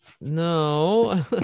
No